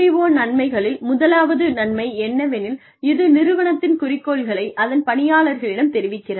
MBO நன்மைகளில் முதலாவது நன்மை என்னவெனில் இது நிறுவனத்தின் குறிக்கோள்களை அதன் பணியாளர்களிடம் தெரிவிக்கிறது